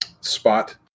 spot